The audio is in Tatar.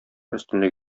өстенлек